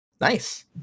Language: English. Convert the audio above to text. Nice